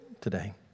today